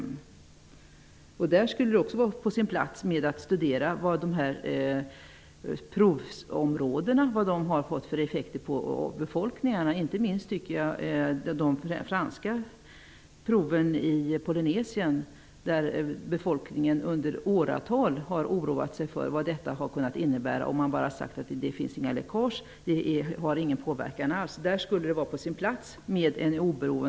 I det sammanhanget skulle det också vara på sin plats att studera vilka effekter sprängningarna i provområdena har haft på befolkningarna. Inte minst tycker jag att det skulle vara på sin plats med en oberoende studie av de franska proven i Polynesien, där befolkningen under åratal har oroat sig för vad detta har kunnat innebära. Man har bara sagt att det inte finns några läckage och att sprängningarna inte har någon påverkan alls.